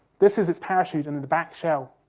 this is its parachute and the the back shell,